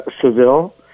Seville